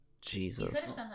Jesus